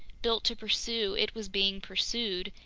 built to pursue, it was being pursued,